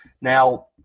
Now